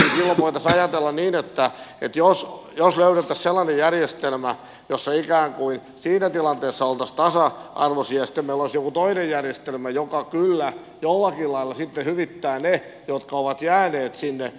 silloin voitaisiin ajatella niin että jos löydettäisiin sellainen järjestelmä jossa ikään kuin siinä tilanteessa oltaisiin tasa arvoisia ja sitten meillä olisi joku toinen järjestelmä joka kyllä jollakin lailla sitten hyvittää niille jotka ovat jääneet sinne